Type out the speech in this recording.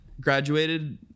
graduated